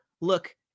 look